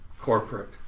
corporate